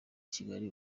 kigali